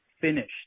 finished